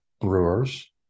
Brewers